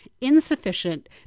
insufficient